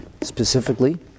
Specifically